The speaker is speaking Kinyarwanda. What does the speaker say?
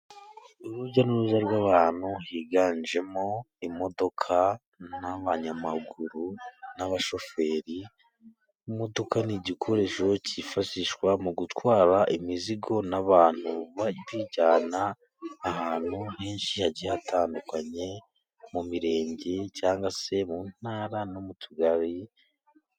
Urujya n'uruza rw'abantu higanjemo: imodoka n'abanyamaguru n'abashoferi, imodoka ni igikoresho cyifashishwa mu gutwara imizigo n'abantu, bari kuyijyana ahantu henshi hagiye hatandukanye mu mirenge cyangwa se mu ntara no mu tugari.